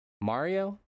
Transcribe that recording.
Mario